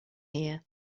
here